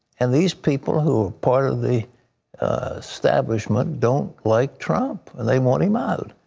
and these people, who are part of the establishment, don't like trump. and they want him out.